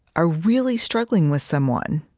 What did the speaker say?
are really struggling with someone,